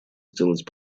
сделать